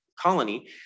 colony